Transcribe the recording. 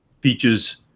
Features